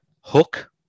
Hook